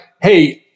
hey